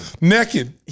Naked